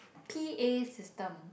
_ A system